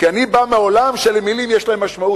כי אני בא מעולם שבו למלים יש משמעות,